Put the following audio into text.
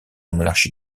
monarchie